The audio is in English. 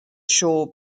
shaw